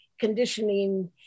conditioning